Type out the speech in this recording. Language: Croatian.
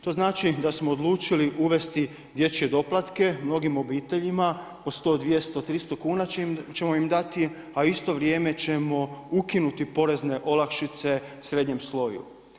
To znači da smo odlučili uvesti dječje doplatke mnogim obiteljima po 100, 200, 300 kuna ćemo im dati, a u isto vrijeme ćemo ukinuti porezne olakšice srednjem sloju.